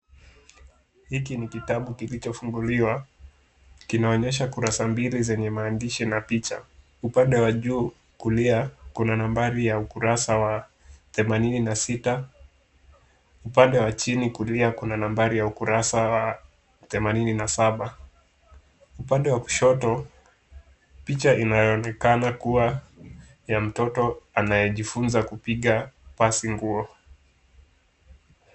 Hiki ni kitabu kilichofunguliwa, kinaonyesha kurasa mbili zenye maandishi na picha. Upande wa juu kulia kuna nambari ya ukurasa wa themanini na sita, upande wa chini kulia kuna nambari ya themanini na saba. Upande wa kushoto picha inayoonekana kuwa ya mtoto anayejifunza kupiga pasi nguo.